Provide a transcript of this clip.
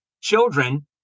children